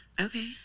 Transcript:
Okay